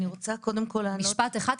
אני רוצה קודם כל לענות -- משפט אחד,